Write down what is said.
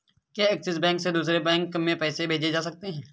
क्या Axis bank से दूसरे बैंक में पैसे भेजे जा सकता हैं?